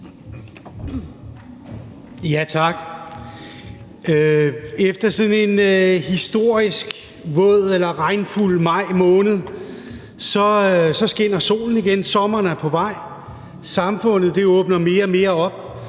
(S): Tak. Efter sådan en historisk våd og regnfuld maj måned skinner solen igen, sommeren er på vej, og samfundet åbner mere og mere op.